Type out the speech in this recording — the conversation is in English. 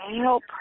help